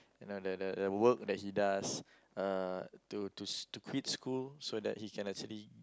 and the the the the the work that he does uh to to to quit school so that he can actually